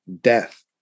death